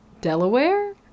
Delaware